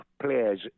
players